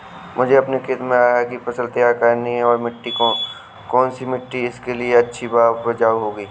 मुझे अपने खेत में अरहर की फसल तैयार करनी है और कौन सी मिट्टी इसके लिए अच्छी व उपजाऊ होगी?